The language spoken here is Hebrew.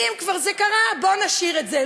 אם כבר זה קרה, בואו נשאיר את זה.